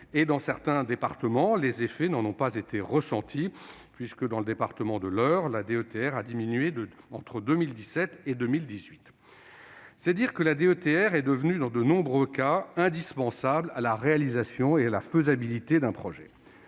Dans certains départements, les effets n'en ont pas été ressentis. Ainsi, le montant de la DETR dans l'Eure a même connu une baisse entre 2017 et 2018. C'est dire que la DETR est devenue, dans de nombreux cas, indispensable à la réalisation et à la faisabilité d'un projet.